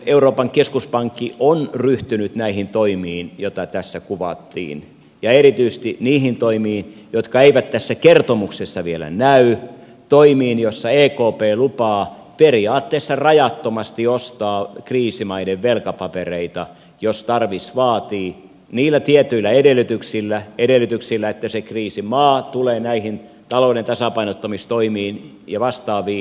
euroopan keskuspankki on ryhtynyt näihin toimiin joita tässä kuvattiin ja erityisesti niihin toimiin jotka eivät tässä kertomuksessa vielä näy toimiin joilla ekp lupaa periaatteessa rajattomasti ostaa kriisimaiden velkapapereita jos tarvis vaatii niillä tietyillä edellytyksillä että kriisimaa tulee näihin talouden tasapainottamistoimiin ja vastaaviin